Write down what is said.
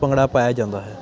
ਭੰਗੜਾ ਪਾਇਆ ਜਾਂਦਾ ਹੈ